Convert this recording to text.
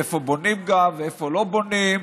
איפה בונים גן ואיפה לא בונים,